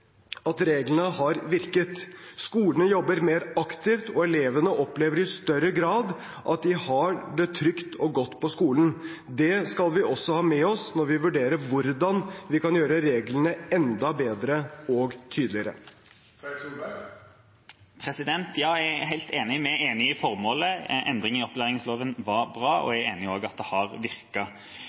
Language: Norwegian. at reglene har virket. Skolene jobber mer aktivt, og elevene opplever i større grad at de har det trygt og godt på skolen. Det skal vi også ha med oss når vi vurderer hvordan vi kan gjøre reglene enda bedre og tydeligere. Jeg er helt enig i formålet, en endring i opplæringsloven var bra, og jeg er enig i at det har